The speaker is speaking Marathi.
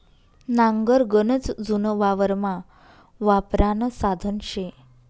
नांगर गनच जुनं वावरमा वापरानं साधन शे